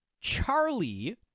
Charlie